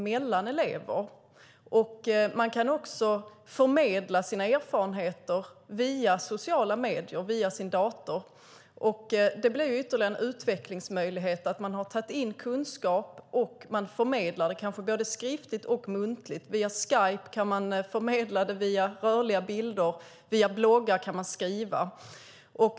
Man kan också med hjälp av sin dator förmedla sina erfarenheter via sociala medier. Det blir ytterligare en utvecklingsmöjlighet. Man har tagit in kunskap och man förmedlar den kanske både skriftligt och muntligt. Via Skype kan man förmedla den via rörliga bilder. Via bloggar kan man skriva.